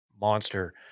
monster